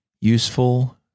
Useful